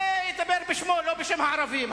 זה בשמו, לא בשם הערבים.